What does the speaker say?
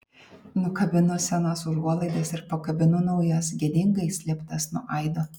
nukabinu senas užuolaidas ir pakabinu naujas gėdingai slėptas nuo aido